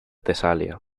tesalia